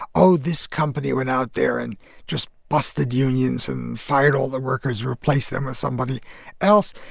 oh, this company went out there and just busted unions and fired all the workers, replaced them with somebody else.